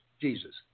Jesus